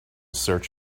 search